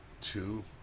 two